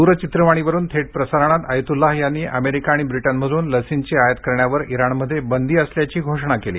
द्रचित्रवाणीवरुन थेट प्रसारणात आयतुल्लाह यांनी अमेरिका आणि ब्रिटनमधून लसींची आयात करण्यावर इराणमध्ये बंदी असल्याची घोषणा केली